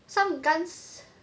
some guns